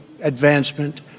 advancement